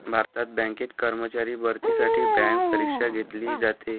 भारतात बँकेत कर्मचारी भरतीसाठी बँक परीक्षा घेतली जाते